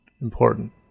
important